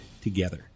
together